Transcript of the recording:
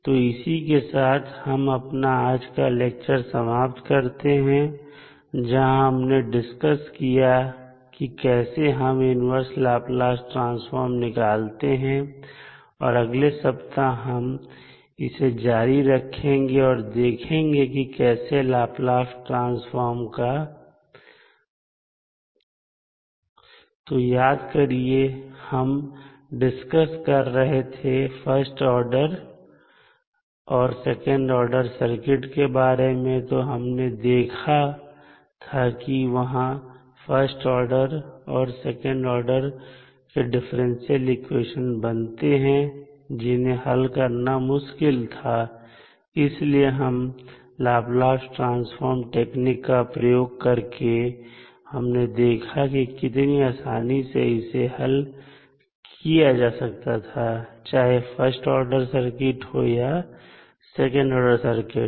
तो इसी के साथ हम अपना आज का लेक्चर समाप्त करते हैं जहां हमने डिस्कस किया कि कैसे हम इन्वर्स लाप्लास ट्रांसफॉर्म निकालते हैं और अगले सप्ताह से हम इसे जारी रखेंगे और देखेंगे कि कैसे लाप्लास ट्रांसफार्म का तो याद करिए जब हम डिसकस कर रहे थे फर्स्ट ऑर्डर और सेकंड ऑर्डर सर्किट के बारे में तो हमने देखा था कि वहां फर्स्ट ऑर्डर और सेकंड ऑर्डर के डिफरेंशियल इक्वेशन बनते हैं जिन्हें हल करना मुश्किल होता था इसलिए हम लाप्लास ट्रांसफॉर्म टेक्निक का प्रयोग करके हमने देखा कि कितनी आसानी से इसे हल किया जा सकता है चाहे फर्स्ट ऑर्डर सर्किट हो या सेकंड ऑर्डर सर्किट